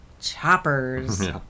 choppers